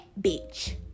bitch